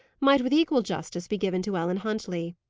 might with equal justice be given to ellen huntley.